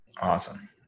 Awesome